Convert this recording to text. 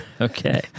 Okay